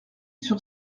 sur